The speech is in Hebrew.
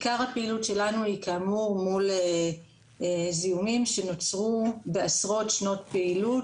עיקר הפעילות שלנו היא כאמור מול זיהומים שנוצרו בעשרות שנות פעילות,